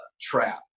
trap